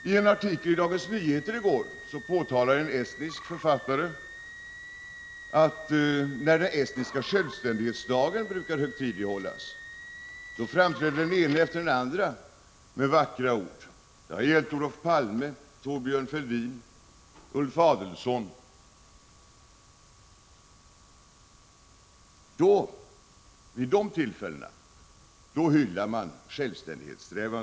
I en artikeli Dagens Nyheter i går påpekar en estnisk författare att när den estniska självständighetsdagen högtidlighålles brukar den ene efter den andre framträda med vackra ord. Det har gällt Olof Palme, Thorbjörn Fälldin, Ulf Adelsohn. Vid de tillfällena hyllar man självständighetssträvandena.